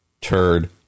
turd